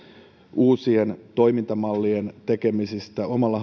uusien toimintamallien tekemisestä omalla